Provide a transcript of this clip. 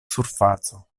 surfaco